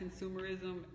consumerism